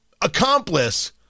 accomplice